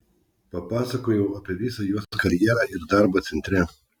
papasakojau apie visą jos karjerą ir darbą centre